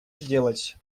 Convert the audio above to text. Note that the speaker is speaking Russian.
сделать